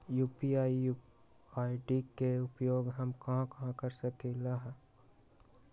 UPI ID के उपयोग हम कहां कहां कर सकली ह?